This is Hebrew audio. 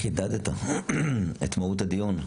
חידדת את מהות הדיון,